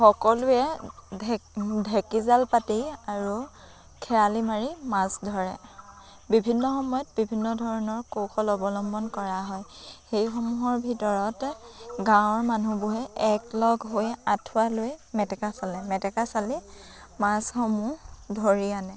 সকলোৱে ঢেকি জাল পাতি আৰু খেৱালি মাৰি মাছ ধৰে বিভিন্ন সময়ত বিভিন্ন ধৰণৰ কৌশল অৱলম্বন কৰা হয় সেইসমূহৰ ভিতৰত গাঁৱৰ মানুহবোৰে একেলগ হৈ আঁঠুৱা লৈ মেটেকা চালে মেটেকা চালি মাছসমূহ ধৰি আনে